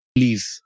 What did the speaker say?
Please